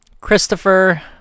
christopher